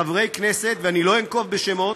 חברי כנסת, ואני לא אנקוב בשמות,